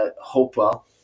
Hopewell